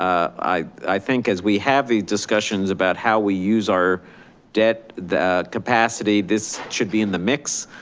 ah i think as we have the discussions about how we use our debt, that capacity this should be in the mix,